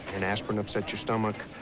and aspirin upsets your stomach,